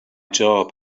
job